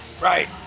Right